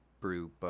brew